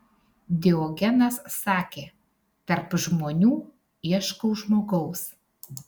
diogenas sakė tarp žmonių ieškau žmogaus